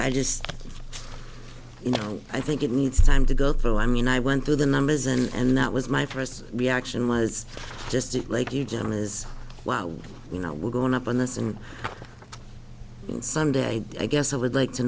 i just you know i think it needs time to go through i mean i went through the numbers and that was my first reaction was just like you john is wow you know we're going up on this and some day i guess i would like to